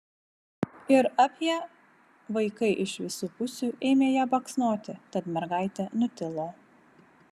ir apie vaikai iš visų pusių ėmė ją baksnoti tad mergaitė nutilo